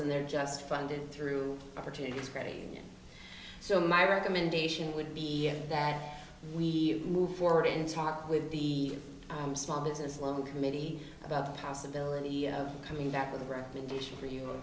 and they're just funded through or to its credit so my recommendation would be that we move forward and talk with the small business loan committee about the possibility of coming back with a recommendation for you